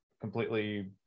completely